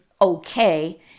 okay